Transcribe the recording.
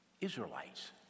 israelites